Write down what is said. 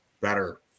better